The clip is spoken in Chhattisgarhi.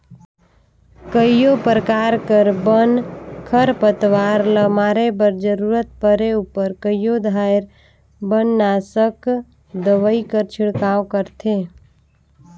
कइयो परकार कर बन, खरपतवार ल मारे बर जरूरत परे उपर कइयो धाएर बननासक दवई कर छिड़काव करथे